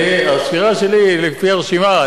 הספירה שלי היא לפי הרשימה.